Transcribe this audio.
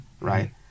right